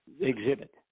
exhibit